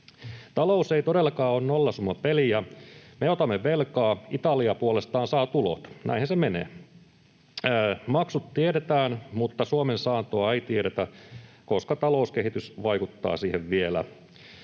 Talous ei todellakaan ole nollasummapeliä. Me otamme velkaa, Italia puolestaan saa tulot, näinhän se menee. Maksut tiedetään, mutta Suomen saantoa ei tiedetä, koska talouskehitys vaikuttaa siihen vielä.